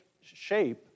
shape